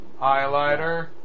Highlighter